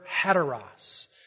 heteros